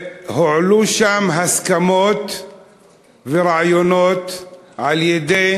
והועלו שם הסכמות ורעיונות על-ידי